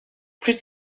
plus